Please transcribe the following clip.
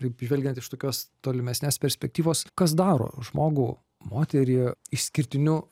taip žvelgiant iš tokios tolimesnės perspektyvos kas daro žmogų moterį išskirtiniu